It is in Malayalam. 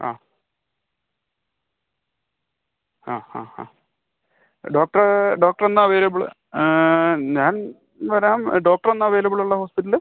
ആ ആ ഹാ ഹാ ഡോക്ടർ ഡോക്ടർ എന്നാണ് അവൈലബിൾ ഞാൻ വരാം ഡോക്ടർ എന്നാണ് അവൈലബിൾ ഉള്ളത് ഹോസ്പിറ്റലിൽ